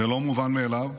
זה לא מובן מאליו.